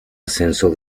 ascenso